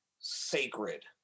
sacred